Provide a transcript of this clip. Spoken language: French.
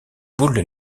boules